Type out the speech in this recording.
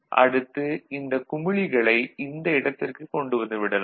அடுத்து இந்த குமிழிகளை இந்த இடத்திற்கு கொண்டு வந்து விடலாம்